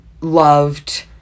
loved